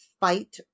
fight